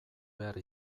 behar